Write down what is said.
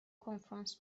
کنفرانس